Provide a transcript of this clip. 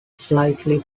slightly